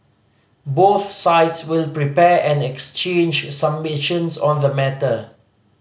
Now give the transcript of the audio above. both sides will prepare and exchange submissions on the matter